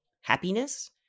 happiness